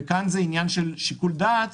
כאן זה עניין של שיקול דעת.